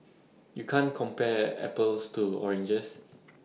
you can't compare apples to oranges